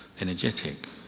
energetic